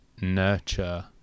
nurture